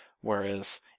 Whereas